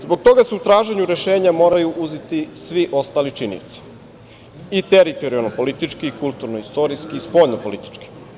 Zbog toga se u traženju rešenja moraju uzeti svi ostali činioci, i teritorijalno-politički, kulturno-istorijski i spoljno-politički.